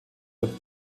der